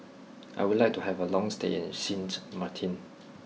I would like to have a long stay in Sint Maarten